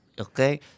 okay